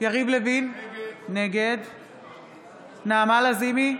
יריב לוין, נגד נעמה לזימי,